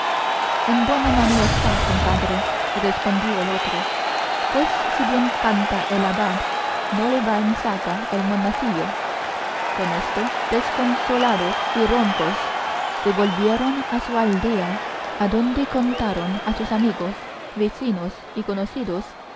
en buena mano está compadre respondió el otro pues si bien canta el abad no le va en zaga el monacillo con esto desconsolados y roncos se volvieron a su aldea adonde contaron a sus amigos vecinos y conocidos